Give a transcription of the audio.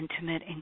intimate